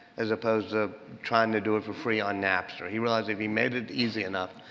as opposed to trying to do it for free on napster. he realized if he made it easy enough,